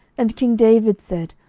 and king david said,